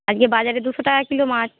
আজকে বাজারে দুশো টাকা কিলো মাছ